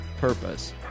purpose